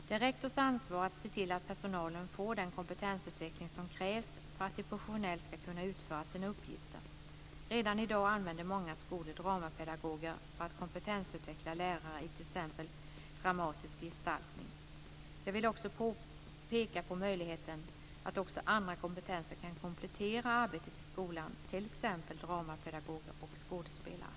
Det är rektors ansvar att se till att personalen får den kompetensutveckling som krävs för att de professionellt ska kunna utföra sina uppgifter. Redan i dag använder många skolor dramapedagoger för att kompetensutveckla lärare i t.ex. dramatisk gestaltning. Jag vill också peka på möjligheten att även andra kompetenser kan komplettera arbetet i skolan, t.ex. dramapedagoger och skådespelare.